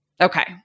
Okay